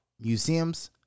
Museums